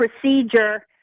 procedure